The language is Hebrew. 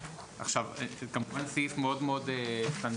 סעיף 61(א) הוא סעיף מאוד מאוד סטנדרטי.